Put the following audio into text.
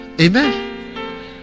Amen